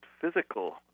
physical